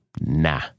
nah